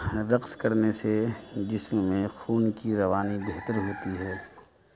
رقص کرنے سے جسم میں خون کی روانی بہتر ہوتی ہے